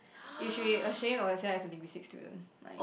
if she ashamed of herself as a linguistic student like